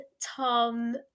Tom